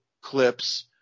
clips